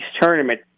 tournament